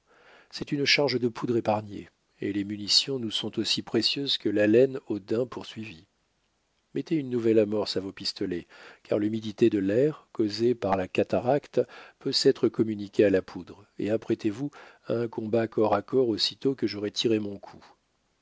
c'est une charge de poudre épargnée et les munitions nous sont aussi précieuses que l'haleine au daim poursuivi mettez une nouvelle amorce à vos pistolets car l'humidité de l'air causée par la cataracte peut s'être communiquée à la poudre et apprêtez-vous à un combat corps à corps aussitôt que j'aurai tiré mon coup